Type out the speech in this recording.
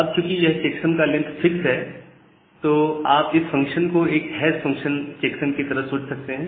अब चूकि यह चेक्सम का लेंथ फिक्स है तो अब आप इस फंक्शन को एक हैश फंक्शन चेक्सम की तरह सोच सकते हैं